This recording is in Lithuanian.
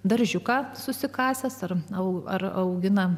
daržiuką susikasęs ar na ar augina